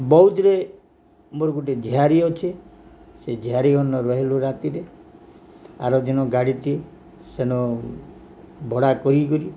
ବୌଦ୍ଧରେ ମୋର ଗୋଟେ ଝିଆରୀ ଅଛେ ସେ ଝିଆରୀ ଅନ ରହିଲୁ ରାତିକି ଆର ଦିନ ଗାଡ଼ିଟି ସେନ ଭଡ଼ା କରି କରି